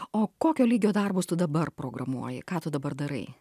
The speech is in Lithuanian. o kokio lygio darbus tu dabar programuoji ką tu dabar darai